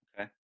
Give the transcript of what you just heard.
Okay